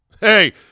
Hey